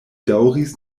daŭris